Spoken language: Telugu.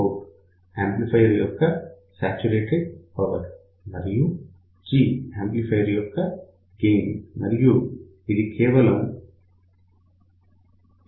Psat యాంప్లిఫయర్ యొక్క శాచురేటెడ్ పవర్ మరియు G యాంప్లిఫయర్ యొక్క గెయిన్ మరియు ఇది కేవలం ln